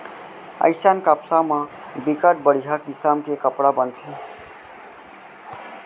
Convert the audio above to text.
अइसन कपसा म बिकट बड़िहा किसम के कपड़ा बनथे